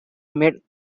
made